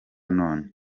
none